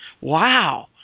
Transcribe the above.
Wow